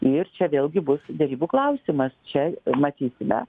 ir čia vėlgi bus derybų klausimas čia matysime